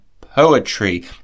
poetry